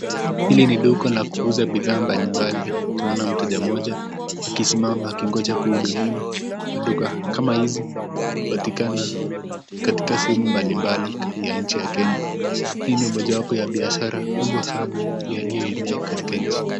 Hili ni duka la kuuza bidhaa mbalimbali, tunaona mteja mmoja akisimama akingoja kuhudumiwa, maduka kama hizi hupatikana katika sehemu mbalimbali ya nchi ya kenya, hii ni mojawapo ya biashara kubwa sana yaliyoenea katika nchi.